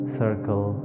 circle